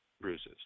bruises